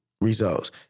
results